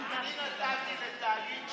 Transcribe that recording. אם אני נתתי לתאגיד שירות,